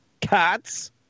Cats